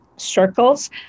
circles